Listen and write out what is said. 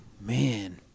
Man